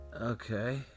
Okay